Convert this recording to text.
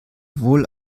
wohl